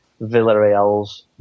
Villarreal's